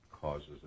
causes